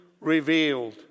revealed